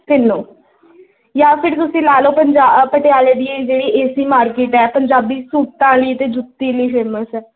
ਤਿੰਨੋਂ ਜਾਂ ਫਿਰ ਤੁਸੀਂ ਲਾ ਲਉ ਪੰਜਾ ਪਟਿਆਲੇ ਦੀ ਜਿਹੜੀ ਏ ਸੀ ਮਾਰਕੀਟ ਹੈ ਪੰਜਾਬੀ ਸੂਟਾਂ ਲਈ ਅਤੇ ਜੁੱਤੀ ਲਈ ਫੇਮਸ ਹੈ